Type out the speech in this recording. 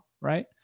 right